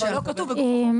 (אומרת דברים בשפת הסימנים,